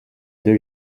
deux